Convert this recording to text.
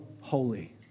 holy